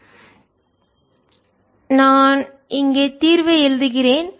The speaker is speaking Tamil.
எனவே நான் இங்கே தீர்வை எழுதுகிறேன்